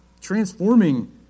transforming